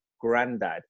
granddad